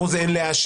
פה זה אין להאשים.